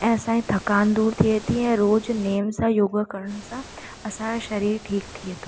ऐं असांजी थकान दूरु थिए थी ऐं रोज़ु नियम सां योगा करण सां असांजो शरीरु ठीकु थिए थो